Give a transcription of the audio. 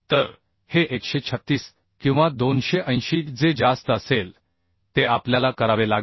तर हे 136 किंवा 280 जे जास्त असेल ते आपल्याला करावे लागेल